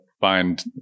find